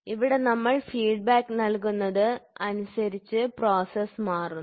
ഇവിടെ നമ്മൾ ഫീഡ്ബാക്ക് നൽകുന്നത് അനുസരിച്ചു പ്രോസസ്സ് മാറുന്നു